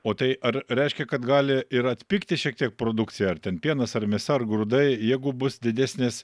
o tai ar reiškia kad gali ir atpigti šiek tiek produkcija ar ten pienas ar mėsa ar grūdai jeigu bus didesnės